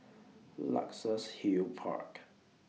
Luxus Hill Park